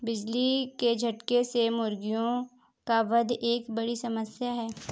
बिजली के झटके से मुर्गियों का वध एक बड़ी समस्या है